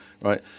right